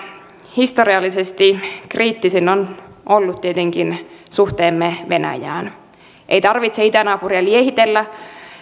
historiallisesti kriittisin on ollut tietenkin suhteemme venäjään ei tarvitse itänaapuria liehitellä